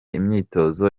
imyitozo